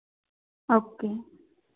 okay